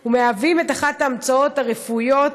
והים אחת ההמצאות הרפואיות